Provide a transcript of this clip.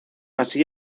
así